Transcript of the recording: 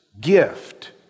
gift